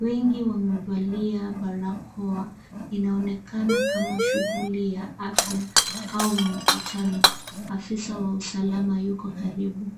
wengi wamevalia barakoa inaonekana kama shughuli ya afya au mkutano, afisa wa usalama yuko karibu.